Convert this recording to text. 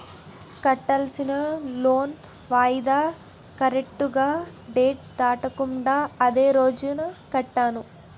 కట్టాల్సిన లోన్ వాయిదా కరెక్టుగా డేట్ దాటించకుండా అదే రోజు కట్టాను